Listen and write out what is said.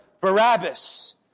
Barabbas